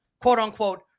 quote-unquote